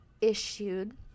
issued